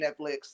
Netflix